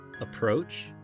approach